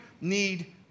need